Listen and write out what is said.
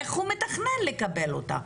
איך הוא מתכנן לקבל אותה.